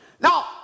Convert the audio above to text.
Now